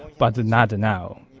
but not now.